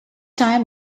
time